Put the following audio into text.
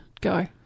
Go